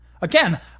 Again